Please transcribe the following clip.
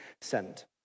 sent